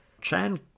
Chan